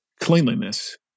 cleanliness